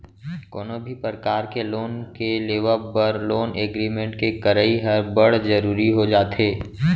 कोनो भी परकार के लोन के लेवब बर लोन एग्रीमेंट के करई ह बड़ जरुरी हो जाथे